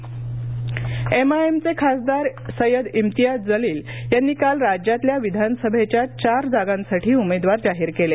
M I M एमआयएमचे खासदार सय्यद इम्तियाज जलील यांनी काल राज्यातल्या विधानसभेच्या चार जागांसाठी उमेदवार जाहीर केले